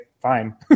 fine